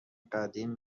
قدیم